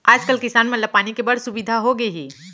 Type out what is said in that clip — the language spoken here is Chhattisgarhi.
आज कल किसान मन ला पानी के बड़ सुबिधा होगे हे